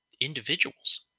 Individuals